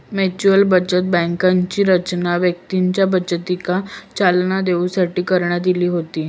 mutual बचत बँकांची रचना व्यक्तींच्या बचतीका चालना देऊसाठी करण्यात इली होती